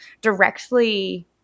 directly